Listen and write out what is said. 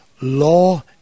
law